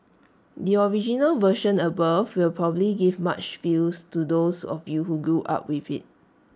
the original version above will probably give much feels to those of you who grew up with IT